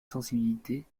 sensibilité